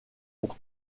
pour